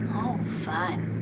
fine.